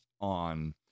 on